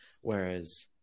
whereas